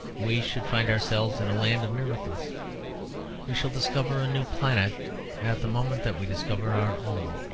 we should find ourselves in a land of miracles we shall discover a new planet at the moment that we discover our own.